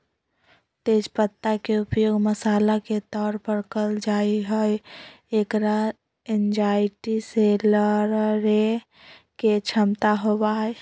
तेज पत्ता के उपयोग मसाला के तौर पर कइल जाहई, एकरा एंजायटी से लडड़े के क्षमता होबा हई